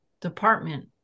department